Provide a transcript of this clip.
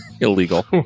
illegal